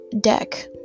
deck